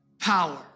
power